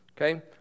Okay